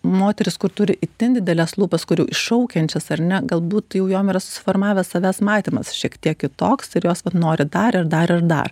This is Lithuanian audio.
moterys kur turi itin dideles lūpas kurių iššaukiančias ar ne galbūt jau joms yra susiformavęs savęs matymas šiek tiek kitoks ir jos vat nori dar ir dar ir dar